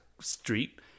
street